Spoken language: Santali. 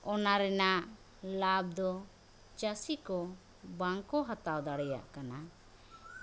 ᱚᱱᱟ ᱨᱮᱱᱟᱜ ᱞᱟᱵᱷ ᱫᱚ ᱪᱟᱹᱥᱤ ᱠᱚ ᱵᱟᱝ ᱠᱚ ᱦᱟᱛᱟᱣ ᱫᱟᱲᱮᱭᱟᱜ ᱠᱟᱱᱟ